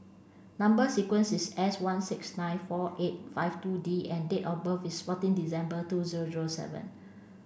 number sequence is S one six nine four eight five two D and date of birth is fourteen December two zero zero seven